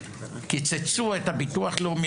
קיצצו את הביטוח לאומי,